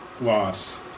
loss